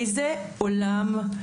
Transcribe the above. איזה עולם?